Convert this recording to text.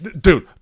Dude